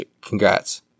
congrats